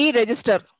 register